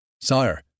Sire